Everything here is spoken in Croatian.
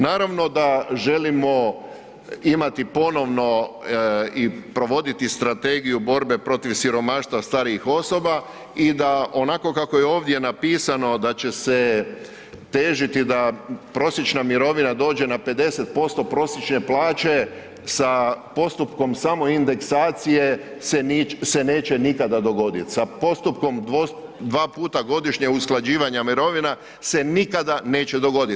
Naravno da želimo imati ponovno i provoditi strategiju borbe protiv siromaštva starijih osoba i da onako kako je ovako napisano da će se težiti da prosječna mirovina dođe na 50% prosječne plaće sa postupkom samoindeksacije se neće nikada dogoditi, sa postupkom dva puta godišnje usklađivanja mirovina se nikada neće dogodit.